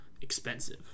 expensive